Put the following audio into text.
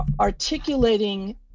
articulating